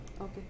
Okay